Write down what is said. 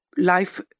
life